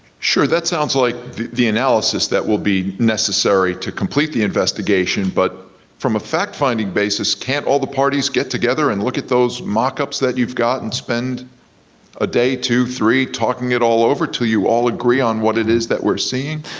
sure, that sounds like the analysis that will be necessary to complete the investigation, but from a fact finding basis, can't all the parties get together and look at those mockups that you've got and spend a day, two, three, talking it all over until you all agree on what it is that we're seeing?